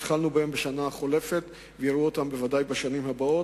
התחלנו בהם בשנה החולפת ויראו אותם בוודאי בשנים הבאות.